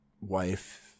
wife